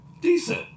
decent